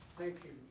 thank you.